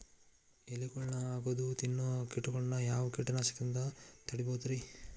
ಎಲಿಗೊಳ್ನ ಅಗದು ತಿನ್ನೋ ಕೇಟಗೊಳ್ನ ಯಾವ ಕೇಟನಾಶಕದಿಂದ ತಡಿಬೋದ್ ರಿ?